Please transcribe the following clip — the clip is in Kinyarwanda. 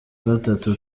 gatatu